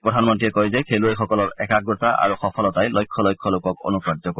প্ৰধানমন্ত্ৰীয়ে কয় যে খেলুৱৈসকলৰ একাগ্ৰতা আৰু সফলতাই লক্ষ লক্ষ লোকক অনুপ্ৰমাণিত কৰিব